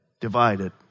Divided